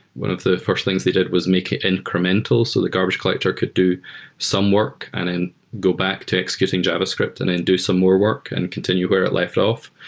one of the first things they did was make it incremental so the garbage collector could do some work and then and go back to executing javascript and then do some more work and continue where it left ah of.